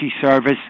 service